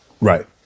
Right